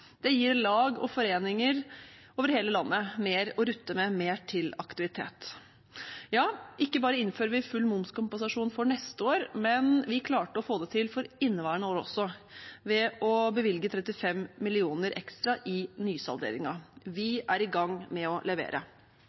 Det gir lag og foreninger over hele landet mer å rutte med og mer til aktivitet. Ikke bare innfører vi full momskompensasjon for neste år, men vi klarte å få det til for inneværende år også ved å bevilge 35 mill. kr ekstra i nysalderingen. Vi er i gang med å levere.